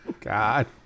God